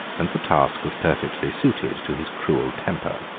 and the task was perfectly suited to his cruel temper.